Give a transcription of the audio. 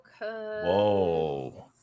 Whoa